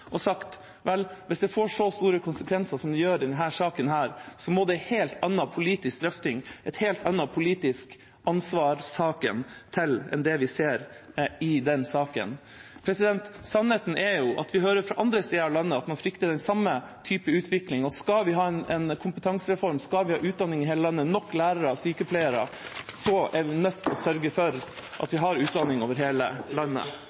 og sagt at vel, hvis det får så store konsekvenser som det gjør i denne saken, må det en helt annen politisk drøfting og en helt annen politisk ansvarstagen til enn det vi ser i den saken? Sannheten er at vi hører fra andre steder i landet at man frykter den samme type utvikling. Skal vi ha en kompetansereform, skal vi ha utdanning i hele landet, nok lærere og sykepleiere, er vi nødt til å sørge for at vi har utdanning over hele landet.